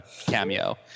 cameo